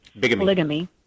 polygamy